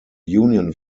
union